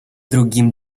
другим